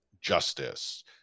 Justice